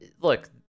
look